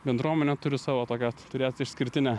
bendruomenė turi savo tokią turėt išskirtinę